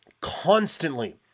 constantly